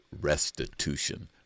restitution